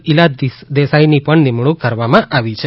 ઈલા દેસાઈની પણ નિમણૂક કરવામાં આવી છે